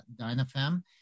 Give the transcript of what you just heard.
Dynafem